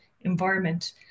environment